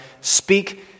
speak